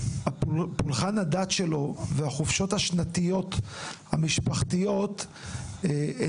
פולחן הדת והחופשות השנתיות המשפחתיות של עובד זר